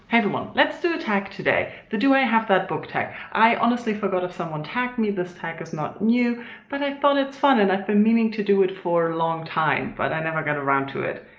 everyone. let's do a tag today the do i have that book tag. i honestly forgot if someone tagged me. this tag is not new but i thought it's fun and i've been meaning to do it for a long time, but i never got around to it.